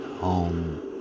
home